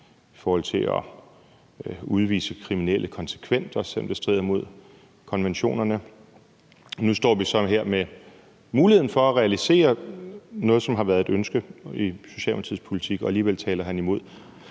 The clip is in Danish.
islam og om at udvise kriminelle konsekvent, også selv om det strider mod konventionerne, og nu står vi så her med muligheden for at realisere noget, som har været et politisk ønske fra Socialdemokratiets side, og alligevel taler han imod